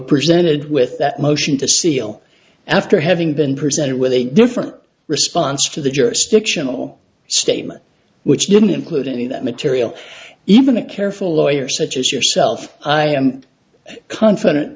presented with that motion to seal after having been presented with a different response to the jurisdictional statement which didn't include any of that material even a careful lawyer such as yourself i am confident